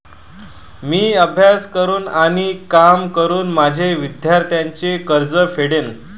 मी अभ्यास करून आणि काम करून माझे विद्यार्थ्यांचे कर्ज फेडेन